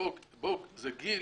זה גיל